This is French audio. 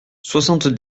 soixante